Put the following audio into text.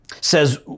Says